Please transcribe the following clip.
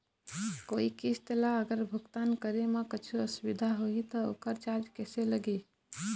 कोई किस्त ला अगर भुगतान करे म कुछू असुविधा होही त ओकर चार्ज कैसे लगी?